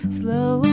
slow